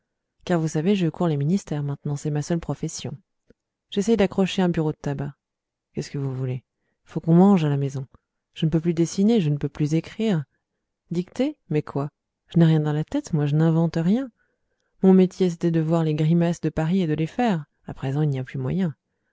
car vous savez je cours les ministères maintenant c'est ma seule profession j'essaye d'accrocher un bureau de tabac qu'est-ce que voulez il faut qu'on mange à la maison je ne peux plus dessiner je ne peux plus écrire dicter mais quoi je n'ai rien dans la tête moi je n'invente rien mon métier c'était de voir les grimaces de paris et de les faire à présent il n'y a plus moyen